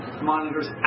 monitors